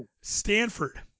Stanford